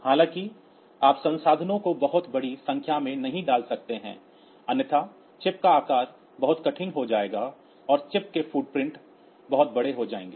हालाँकि आप संसाधनों को बहुत बड़ी संख्या में नहीं डाल सकते हैं अन्यथा चिप का आकार बहुत कठिन हो जाएगा और चिप के फुटप्रिंट बहुत बड़े हो जाएंगे